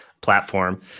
platform